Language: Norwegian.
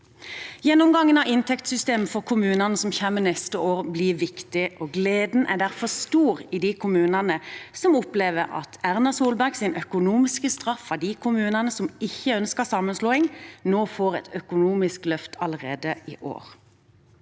Gjennomgangen av inntektssystemet for kommunene, som kommer neste år, blir viktig. Gleden er derfor stor i de kommunene som opplevde Erna Solbergs økonomiske straff av dem som ikke ønsket sammenslåing, og som nå får et økonomisk løft allerede i år.